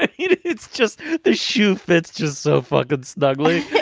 ah you know it's just the shoe fits just so fuckin snugly